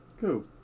Cool